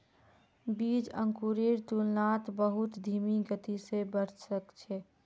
बीज अंकुरेर तुलनात बहुत धीमी गति स बढ़ छेक